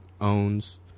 owns